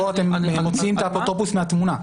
פה אתם מוציאים את האפוטרופוס מהתמונה.